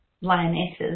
lionesses